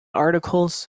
articles